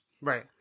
Right